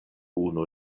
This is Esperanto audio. unu